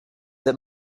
that